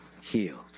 healed